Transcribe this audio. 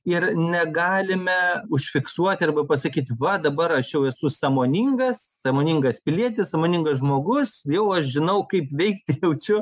ir negalime užfiksuoti arba pasakyti va dabar aš jau esu sąmoningas sąmoningas pilietis sąmoningas žmogus jau aš žinau kaip veikti jaučiu